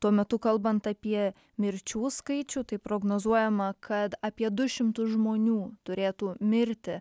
tuo metu kalbant apie mirčių skaičių tai prognozuojama kad apie du šimtus žmonių turėtų mirti